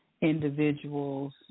individuals